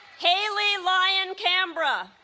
haley lyon cambra